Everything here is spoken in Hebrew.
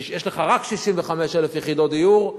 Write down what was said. יש לך רק 65,000 יחידות דיור,